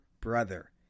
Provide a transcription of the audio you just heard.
brother